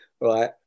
right